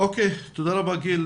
תודה רבה גיל.